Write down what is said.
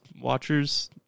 watchers